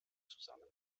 zusammen